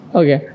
okay